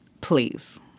Please